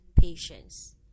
patience